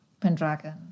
Pendragon